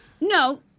No